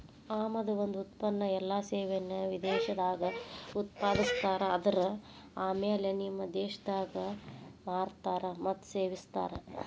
ಆಮದು ಒಂದ ಉತ್ಪನ್ನ ಎಲ್ಲಾ ಸೇವೆಯನ್ನ ವಿದೇಶದಾಗ್ ಉತ್ಪಾದಿಸ್ತಾರ ಆದರ ಆಮ್ಯಾಲೆ ನಿಮ್ಮ ದೇಶದಾಗ್ ಮಾರ್ತಾರ್ ಮತ್ತ ಸೇವಿಸ್ತಾರ್